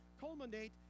culminate